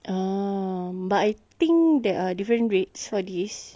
ah but I think there are different rates for this